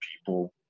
people